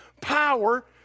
power